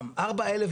שרתים,